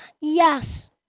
Yes